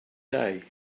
day